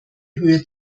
höhe